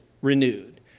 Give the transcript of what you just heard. renewed